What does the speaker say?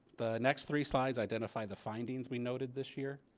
the next three slides identify the findings. we noted this year.